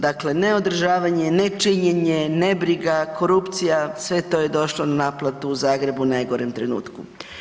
Dakle, neodržavanje, nečinjenje, nebriga, korupcija, sve to je došlo na naplatu u Zagrebu u najgorem trenutku.